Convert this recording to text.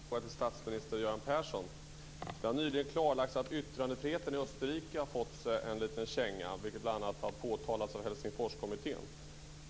Fru talman! Jag har en fråga till statsminister Göran Persson. Det har nyligen klarlagts att yttrandefriheten i Österrike har fått sig en liten känga, vilket bl.a. har påtalats av Helsingforskommittén.